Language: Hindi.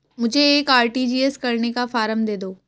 मुझे एक आर.टी.जी.एस करने का फारम दे दो?